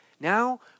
Now